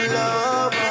love